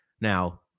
Now